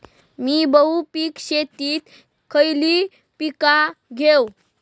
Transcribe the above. मी बहुपिक शेतीत खयली पीका घेव?